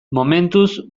momentuz